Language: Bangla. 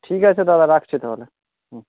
ঠিক আছে দাদা রাখছি তাহলে হুম